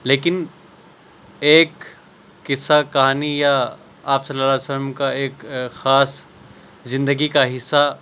لیکن ایک قصہ کہانی یا آپ صلی اللہ علیہ وسلم کا ایک خاص زندگی کا حصہ